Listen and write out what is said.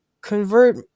convert